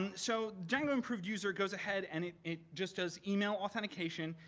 and so, django improved user goes ahead and it it just does email authentication,